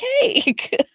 cake